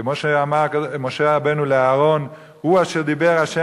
כמו שאמר משה רבנו לאהרן: הוא אשר דיבר ה',